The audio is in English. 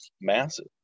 massive